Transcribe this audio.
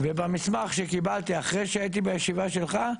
ובמסמך שקיבלתי אחרי שהייתי בישיבה שלך,